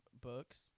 books